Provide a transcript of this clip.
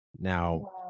Now